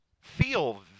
feel